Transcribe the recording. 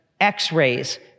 X-rays